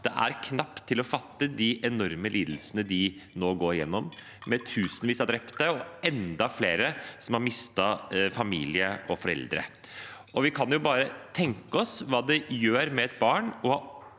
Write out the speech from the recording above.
Det er knapt til å fatte de enorme lidelsene de nå går igjennom, med tusenvis av drepte og enda flere som har mistet familie og foreldre. Vi kan bare tenke oss hva det gjør med et barn å ha